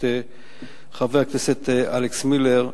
את חבר הכנסת אלכס מילר,